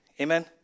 Amen